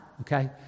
okay